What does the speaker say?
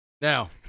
now